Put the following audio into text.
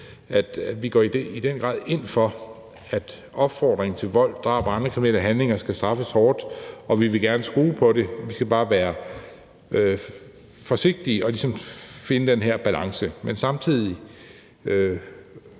og går i den grad ind for, at opfordring til vold, drab og andre kriminelle handlinger skal straffes hårdt, og vi vil gerne skrue på det, men vi skal bare være forsigtige og ligesom finde den her balance. Men samtidig